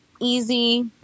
easy